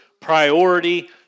priority